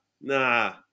Nah